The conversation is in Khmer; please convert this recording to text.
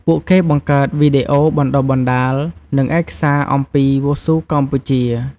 ពួកគេបង្កើតវីដេអូបណ្ដុះបណ្ដាល និងឯកសារអំពីវ៉ូស៊ូកម្ពុជា។